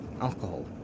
alcohol